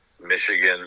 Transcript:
Michigan